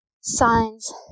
signs